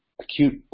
acute